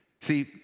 See